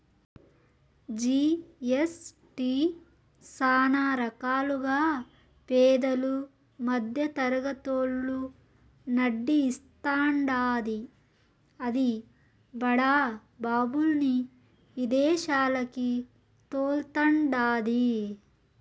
GST సానా రకాలుగా పేదలు, మద్దెతరగతోళ్ళు నడ్డి ఇరస్తాండాది, అది బడా బాబుల్ని ఇదేశాలకి తోల్తండాది